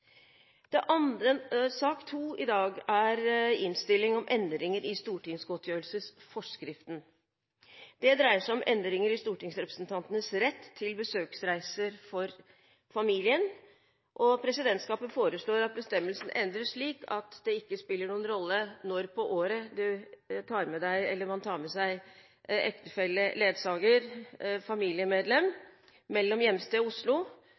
Sak nr. 2 i dag er innstilling om endringer i stortingsgodtgjørelsesforskriften. Det dreier seg om endringer i stortingsrepresentantenes rett til besøksreiser for familien. Presidentskapet foreslår at bestemmelsen endres slik at det ikke spiller noen rolle når på året man tar med